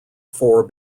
four